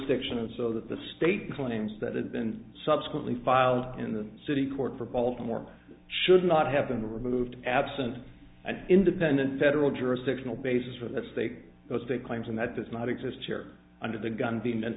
section of so that the state claims that had been subsequently filed in the city court for baltimore should not have been removed absent an independent federal jurisdictional basis for this they go state claims and that does not exist here under the gun